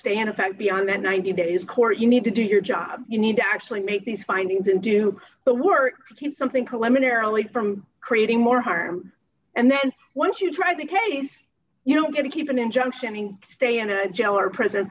stay an effect beyond the ninety days court you need to do your job you need to actually make these findings and do the work to keep something to let merrily from creating more harm and then once you try the case you don't get to keep an injunction stay in a jail or prison